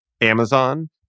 Amazon